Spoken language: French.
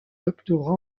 doctorat